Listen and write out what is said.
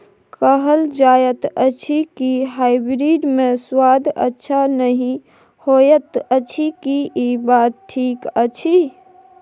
कहल जायत अछि की हाइब्रिड मे स्वाद अच्छा नही होयत अछि, की इ बात ठीक अछि?